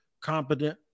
competent